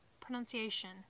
pronunciation